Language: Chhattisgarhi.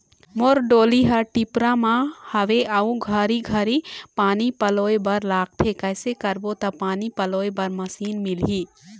मोर डोली हर डिपरा म हावे अऊ घरी घरी पानी पलोए बर लगथे कैसे करबो त पानी पलोए बर मशीन मिलही?